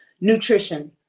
Nutrition